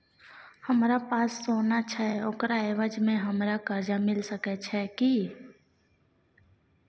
हमरा पास सोना छै ओकरा एवज में हमरा कर्जा मिल सके छै की?